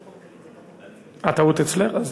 אה, טעות אצלך?